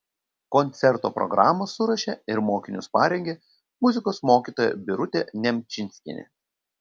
koncerto programą suruošė ir mokinius parengė muzikos mokytoja birutė nemčinskienė